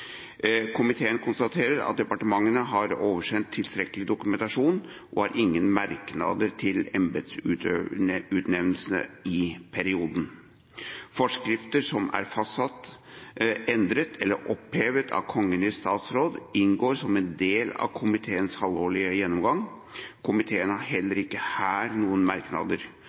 Komiteen konstaterer at departementene har oversendt tilstrekkelig dokumentasjon, og har ingen merknader til embetsutnevnelsene i perioden. Forskrifter som er fastsatt, endret eller opphevet av Kongen i statsråd, inngår som en del av komiteens halvårlige gjennomgang. Komiteen har heller ikke her noen merknader